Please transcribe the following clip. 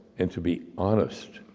and to be honest,